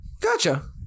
Gotcha